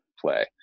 play